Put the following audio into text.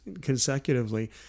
consecutively